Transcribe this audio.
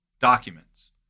documents